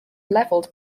leveled